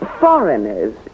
Foreigners